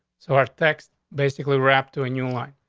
so our text basically wrapped to a new life.